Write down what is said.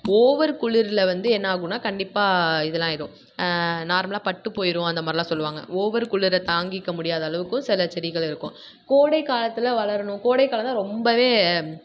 over குளிரில் வந்து என்னாகும்னா கண்டிப்பாக இதுலாம் ஆகிடும் நார்மலாக பட்டுப் போய்ரும் அந்த மாதிரிலாம் சொல்வாங்க ஓவர் குளிரை தாங்கிக்க முடியாத அளவுக்கு சில செடிகள் இருக்கும் கோடைக் காலத்தில் வளரணும் கோடைக் காலந்தான் ரொம்ப